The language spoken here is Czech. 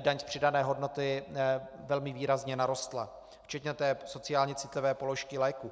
daň z přidané hodnoty velmi výrazně narostla, včetně té sociálně citlivé položky léků.